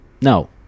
no